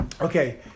Okay